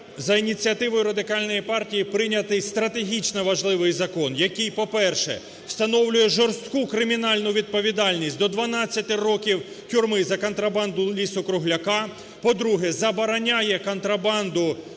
за ініціативою Радикальної партії прийнятий стратегічно важливий закон, який, по-перше, встановлює жорстку кримінальну відповідальність – до 12 років тюрми за контрабанду лісу-кругляка, по-друге, забороняє контрабанду дров,